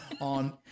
on